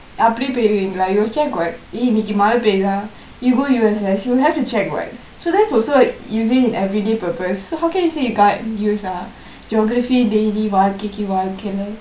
அப்படியே பேய்ருவீங்கலா:apadiye peyruvingkalaa you will check what eh இன்னிக்கி மழை பேயுதா:inniki malai peayuthaa you go U_S_S you will have to check what so that's also usingk everyday purpose so how can you say you can't use uh geography daily வாழ்க்கைக்கு வாழ்க்கைனு:vaalkaiku vaalkainu